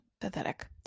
Pathetic